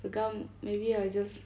the gum maybe I just